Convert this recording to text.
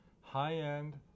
high-end